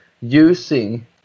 using